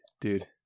dude